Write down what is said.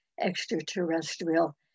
extraterrestrial